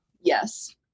Yes